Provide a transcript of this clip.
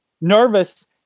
nervous